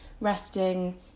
resting